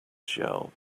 shell